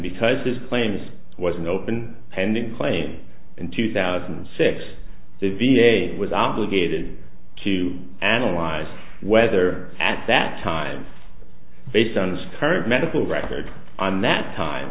because this claims was an open pending claim in two thousand and six the v a was obligated to analyze whether at that time based on this current medical record on that time